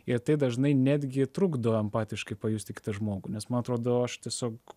ir tai dažnai netgi trukdo empatiškai pajusti kitą žmogų nes man atrodo aš tiesiog